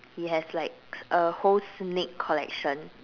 he has like a whole snake collection